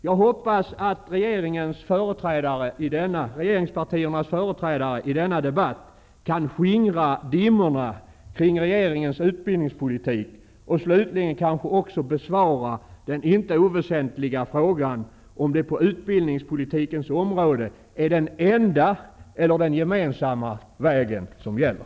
Jag hoppas att regeringspartiernas företrädare i denna debatt kan skingra dimmorna kring regeringens utbildningspolitik och slutligen kanske också besvara den inte oväsentliga frågan om det på utbildningspolitikens område är den enda eller den gemensamma vägen som gäller.